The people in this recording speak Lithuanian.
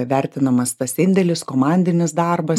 vertinamas tas indėlis komandinis darbas